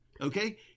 okay